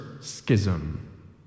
Schism